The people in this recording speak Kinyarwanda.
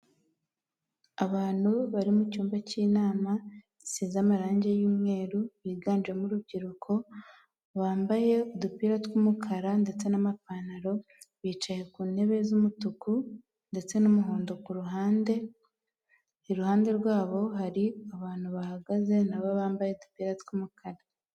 Abantu bari mucyumba cy'inama zisiza amarangi yumweru biganjemo urubyiruko bambaye udupira twumukara ndetse n'amapantaro bicaye ku ntebe z'umutuku ndetse n'umuhondo kuru ruhande rwabo hari abantu bahagaze nabo bambaye utupira tw'umukara.